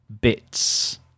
bits